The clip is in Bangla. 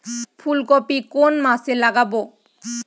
ফুলকপি কোন মাসে লাগাবো?